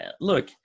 Look